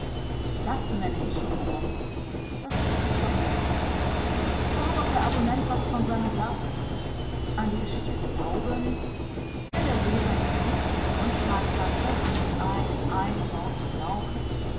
das nenne ich humor das liest sich doch nett da hat doch der abonnent was von seinem blatt an die geschichte glauben wenn der leser nur ein bißchen hirnschmalz hat fällt's ihm nicht ein ein wort zu glauben